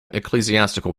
ecclesiastical